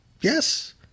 Yes